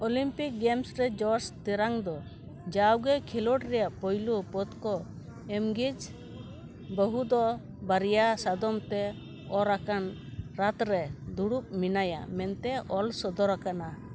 Olympic games ᱨᱮ ᱡᱚᱥ ᱛᱮᱨᱟᱝ ᱫᱚ ᱡᱟᱣᱜᱮ ᱠᱷᱮᱞᱳᱰ ᱨᱮᱭᱟᱜ ᱯᱳᱭᱞᱳ ᱯᱚᱛᱠᱚ ᱮᱢᱜᱮᱡᱽ ᱵᱟᱦᱩ ᱫᱚ ᱵᱟᱨᱭᱟ ᱥᱟᱫᱚᱢᱛᱮ ᱚᱨᱟᱠᱟᱱ ᱨᱟᱛᱨᱮ ᱫᱩᱲᱩᱵ ᱢᱮᱱᱟᱭᱟ ᱢᱮᱱᱛᱮ ᱚᱞ ᱥᱚᱫᱚᱨᱟᱠᱟᱱᱟ